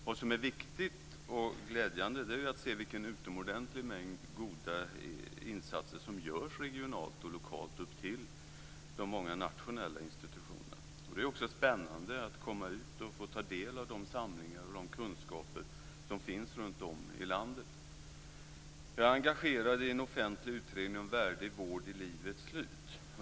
Det som är viktigt och glädjande är att se vilken utomordentlig mängd goda insatser som görs regionalt, lokalt och ända upp till de många nationella institutionerna. Det är också spännande att komma ut och få ta del av de samlingar och de kunskaper som finns runtom i landet. Jag är engagerad i en offentlig utredning om värdig vård vid livets slut.